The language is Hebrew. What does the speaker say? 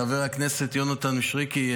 חבר הכנסת יונתן מישרקי,